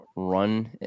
run